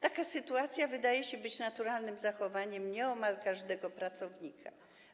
Taka sytuacja wydaje się być naturalnym zachowaniem nieomal każdego pracownika.